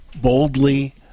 boldly